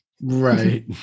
Right